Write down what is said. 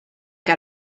got